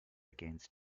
against